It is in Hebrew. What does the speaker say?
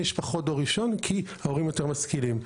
יש פחות דור ראשון כי ההורים יותר משכילים.